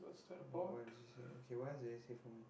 no I just say okay what else do you say for me